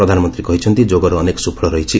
ପ୍ରଧାନମନ୍ତ୍ରୀ କହିଛନ୍ତି ଯୋଗର ଅନେକ ସ୍ରଫଳ ରହିଛି